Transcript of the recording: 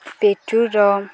petrol